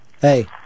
Hey